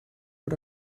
but